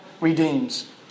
redeems